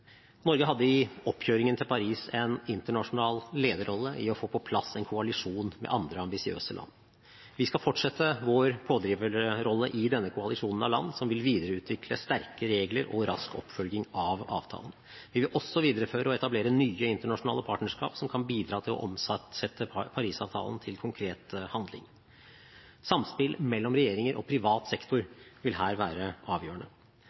Norge hadde i oppkjøringen til Paris en internasjonal lederrolle i å få på plass en koalisjon med andre ambisiøse land. Vi skal fortsette vår pådriverrolle i denne koalisjonen av land som vil videreutvikle sterke regler og rask oppfølging av avtalen. Vi vil også videreføre og etablere nye internasjonale partnerskap som kan bidra til å omsette Paris-avtalen til konkret handling. Samspill mellom regjeringer og privat sektor vil her være avgjørende.